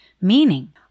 meaning